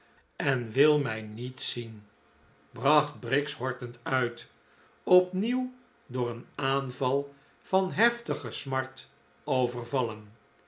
en wi i il mij niet zien bracht briggs hortend uit opnieuw door een aanval van hevige smart overvallen